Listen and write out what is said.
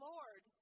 Lord